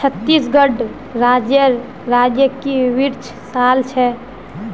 छत्तीसगढ़ राज्येर राजकीय वृक्ष साल छे